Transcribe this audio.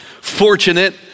Fortunate